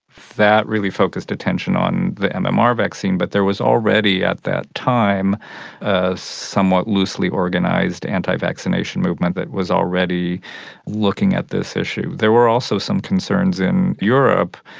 that really focused attention on the mmr vaccine but there was already at that time a somewhat loosely organised anti-vaccination movement that was already looking at this issue. there were also some concerns in europe.